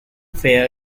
fair